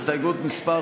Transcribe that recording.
הסתייגות מס'